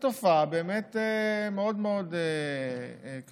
זו תופעה באמת מאוד מאוד כבדה.